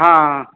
हां